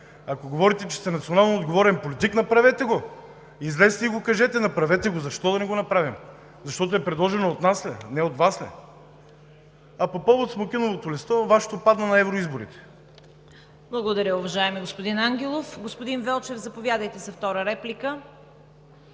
Ако говорите, че сте национално отговорен политик, направете го. Излезте и го кажете, направете го. Защо да не го направим? Защото е предложено от нас, а не от Вас ли? А по повод смокиновото листо, Вашето падна на евроизборите. ПРЕДСЕДАТЕЛ ЦВЕТА КАРАЯНЧЕВА: Благодаря, уважаеми господин Ангелов. Господин Велчев, заповядайте за втора реплика.